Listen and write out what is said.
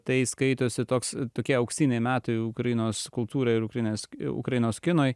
tai skaitosi toks tokie auksiniai metai ukrainos kultūrai ir ukrainos ukrainos kinui